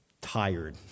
tired